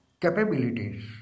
capabilities